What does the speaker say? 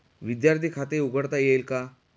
विद्यार्थी खाते उघडता येईल का?